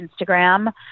Instagram